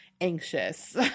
anxious